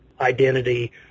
identity